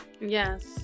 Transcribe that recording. Yes